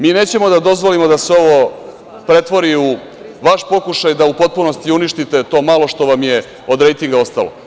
Mi nećemo da dozvolimo da se ovo pretvori u vaš pokušaj da u potpunosti uništite to malo što vam je od rejtinga ostalo.